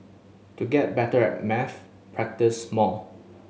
to get better at maths practise more